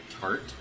tart